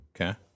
Okay